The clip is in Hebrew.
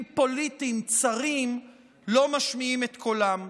פוליטיים צרים לא משמיעים את קולם.